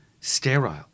sterile